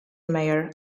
mayor